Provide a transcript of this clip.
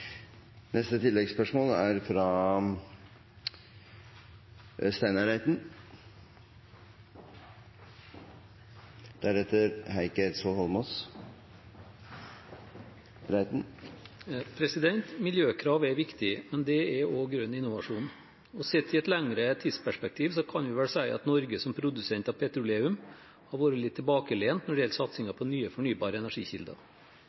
Steinar Reiten – til oppfølgingsspørsmål. Miljøkrav er viktig, men det er også grønn innovasjon. Sett i et lengre tidsperspektiv kan vi vel si at Norge som produsent av petroleum har vært litt tilbakelent når det gjelder satsingen på nye fornybare energikilder.